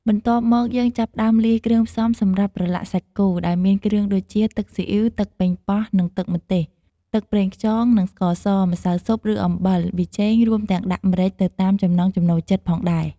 បន្ទាប់មក យើងចាប់ផ្តើមលាយគ្រឿងផ្សំសម្រាប់ប្រឡាក់សាច់គោ ដែលមានគ្រឿងដូចជា ទឹកស៊ីអ៉ីវ ទឹកប៉េងប៉ោះនិងទឹកម្ទេស ទឹកប្រេងខ្យងនិងស្ករស ម្សៅស៊ុបឬអំបិល ប៊ីចេង រួមទាំងដាក់ម្រេចទៅតាមចំណង់ចំណូលចិត្តផងដែរ។